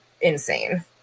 insane